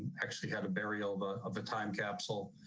actually had a burial but of a time capsule.